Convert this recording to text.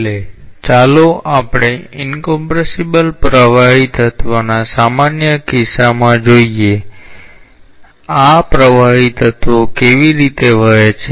છેલ્લે ચાલો આપણે ઇનકોંપ્રેસિબલ પ્રવાહી તત્વના સામાન્ય કિસ્સામાં જોઈએ આ પ્રવાહી તત્વો કેવી રીતે વહે છે